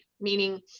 Meaning